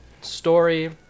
story